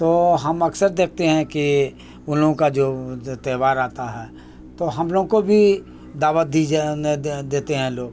تو ہم اکثر دیکھتے ہیں کہ ان لوگوں کا جو تہوار آتا ہے تو ہم لوگوں کو بھی دعوت دی دیتے ہیں لوگ